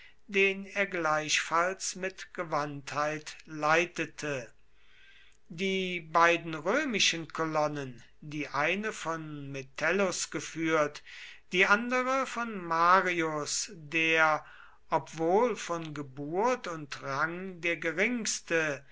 den er gleichfalls mit gewandtheit leitete die beiden römischen kolonnen die eine von metellus geführt die andere von marius der obwohl von geburt und rang der geringste